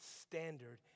standard